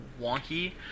wonky